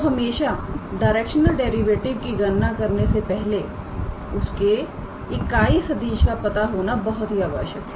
तो हमेशा directional derivative की गणना करने से पहले उसके इकाई सदिश का पता होना बहुत ही आवश्यक है